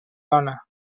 dona